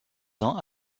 ans